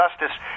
justice